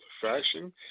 fashion